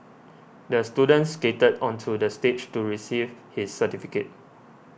the student skated onto the stage to receive his certificate